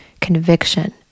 conviction